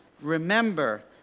remember